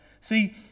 see